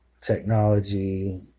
technology